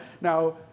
now